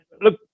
look